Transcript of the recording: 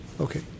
Okay